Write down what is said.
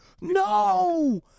no